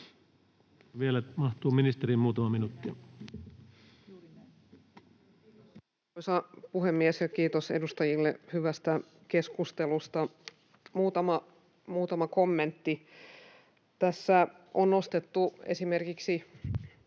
Vielä mahtuu ministeri. Muutama minuutti. Kiitos, arvoisa puhemies! Ja kiitos edustajille hyvästä keskustelusta. Muutama kommentti: Tässä on nostettu esimerkiksi